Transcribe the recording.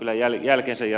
herra puhemies